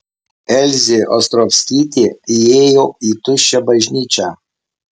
elzė ostrovskytė įėjo į tuščią bažnyčią